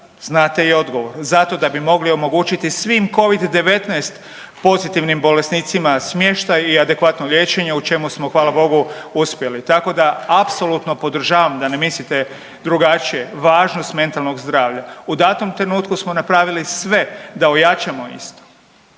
znate i odgovor. Zato da bi mogli omogućiti svim Covid-19 pozitivnim bolesnicima smještaj i adekvatno liječenje, u čemu smo, hvala Bogu, uspjeli. Tako da apsolutno podržavam, da ne mislite drugačije, važnost mentalnog zdravlja. U datom trenutku smo napravili sve da ojačamo isto.